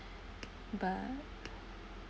but